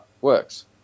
works